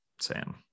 Sam